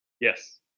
Yes